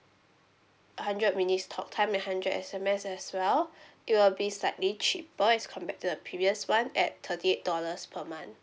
hundred minutes talk time and hundred S_M_S as well it will be slightly cheaper as compared to the previous one at thirty eight dollars per month